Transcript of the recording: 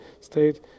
state